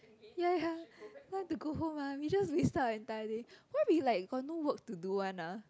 ya ya want to go home ah we just wasted our entire day why we like got no work to do [one] ah